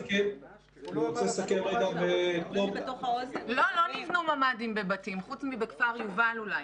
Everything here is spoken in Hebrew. לא, לא נבנו ממ"דים בבתים, חוץ מכפר יובל אולי.